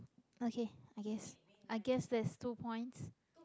okay i guess i guess there's two points